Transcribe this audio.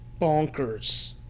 bonkers